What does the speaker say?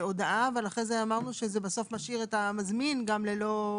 אבל אחרי זה אמרנו שזה בסוף משאיר את המזמין גם ללא,